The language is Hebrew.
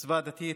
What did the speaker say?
מצווה דתית